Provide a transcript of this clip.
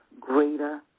greater